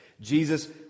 Jesus